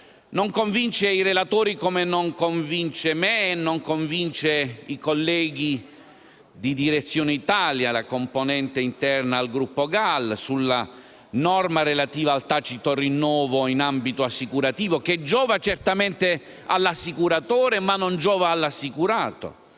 Non convince i relatori, come non convince me e non convince i colleghi di Direzione Italia, la componente interna al Gruppo GAL, la norma relativa al tacito rinnovo in ambito assicurativo, che giova certamente all'assicuratore, ma non giova all'assicurato.